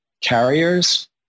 carriers